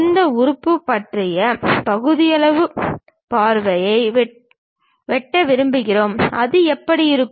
இந்த உறுப்பு பற்றிய பகுதியளவு பார்வையை வெட்ட விரும்புகிறோம் அது எப்படி இருக்கும்